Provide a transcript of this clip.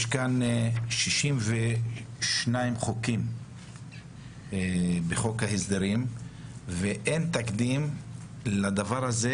יש 62 חוקים בחוק ההסדרים ואין תקדים לדבר הזה,